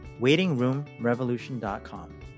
WaitingroomRevolution.com